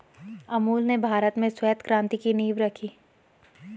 अमूल ने भारत में श्वेत क्रान्ति की नींव रखी